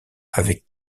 avec